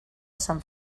sant